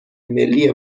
ملی